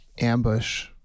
ambush